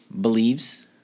believes